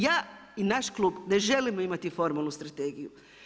Ja i naš klub ne želimo imati formalnu strategiju.